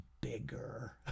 bigger